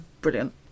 Brilliant